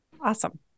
Awesome